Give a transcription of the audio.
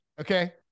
Okay